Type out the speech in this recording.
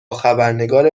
خبرنگار